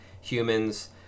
humans